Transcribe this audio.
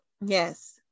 yes